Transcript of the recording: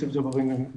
יוסף ג'אברין.